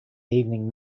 evening